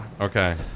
okay